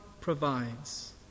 provides